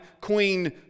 Queen